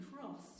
cross